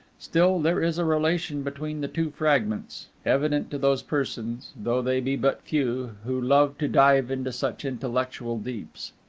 still, there is a relation between the two fragments, evident to those persons though they be but few who love to dive into such intellectual deeps.